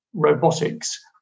robotics